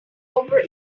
over